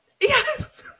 Yes